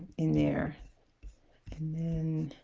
in there and then